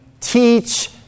teach